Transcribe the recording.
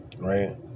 Right